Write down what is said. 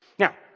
Now